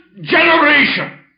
generation